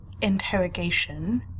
interrogation